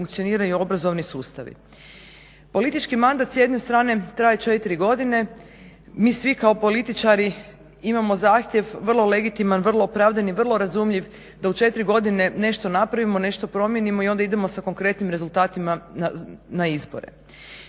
funkcioniraju obrazovni sustavi. Politički mandat s jedne strane traje četiri godine. Mi svi kao političari imamo zahtjev vrlo legitiman, vrlo opravdan i vrlo razumljiv da u četiri godine nešto napravimo, nešto promijenimo i onda idemo sa konkretnim rezultatima na izbore.